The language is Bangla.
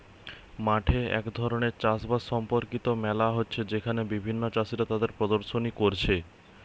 মাঠে এক ধরণের চাষ বাস সম্পর্কিত মেলা হচ্ছে যেখানে বিভিন্ন চাষীরা তাদের প্রদর্শনী কোরছে